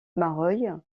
mareuil